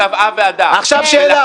עכשיו שאלה.